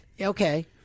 Okay